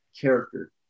character